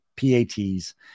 PATs